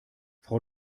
frau